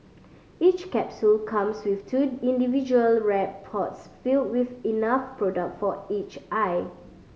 each capsule comes with two individual wrapped pods filled with enough product for each eye